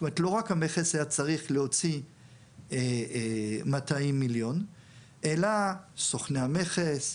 לא רק המכס היה צריך להוציא 200 מיליון אלא סוכני המכס,